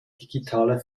digitale